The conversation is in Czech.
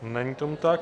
Není tomu tak.